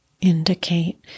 indicate